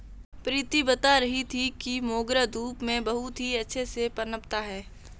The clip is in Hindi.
प्रीति बता रही थी कि मोगरा धूप में बहुत ही अच्छे से पनपता है